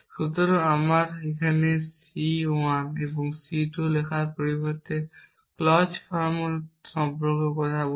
সুতরাং আমরা C 1 এবং C 2 লেখার পরিবর্তে ক্লজ ফর্ম সম্পর্কেও কথা বলি